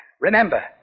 Remember